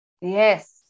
Yes